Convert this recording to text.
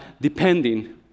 depending